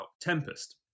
Tempest